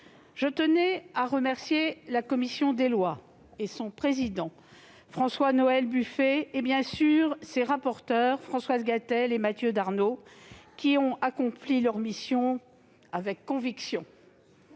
Je tiens à remercier la commission des lois, son président, François-Noël Buffet, et ses rapporteurs, Françoise Gatel et Mathieu Darnaud, qui ont accompli leur mission avec conviction.